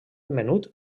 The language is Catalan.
menut